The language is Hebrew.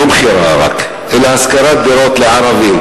לא רק מכירה, אלא השכרת דירות לערבים.